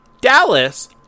Dallas